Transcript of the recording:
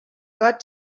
got